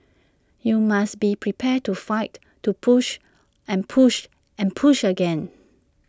you must be prepared to fight to push and push and push again